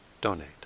donate